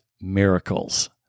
miracles